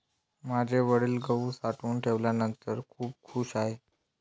माझे वडील गहू साठवून ठेवल्यानंतर खूप खूश आहेत